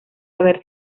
haber